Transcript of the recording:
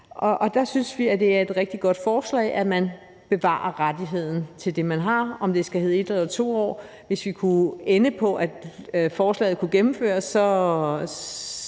og der synes vi, det er et rigtig godt forslag, at man bevarer rettigheden til det, man har, hvad enten det skal hedde i 1 eller 2 år. Hvis vi kunne ende på, at forslaget kunne gennemføres, kunne